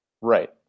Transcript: Right